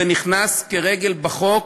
זה נכנס כרגל בחוק,